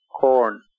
corn